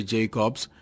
Jacobs